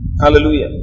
Hallelujah